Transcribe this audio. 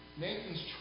Nathan's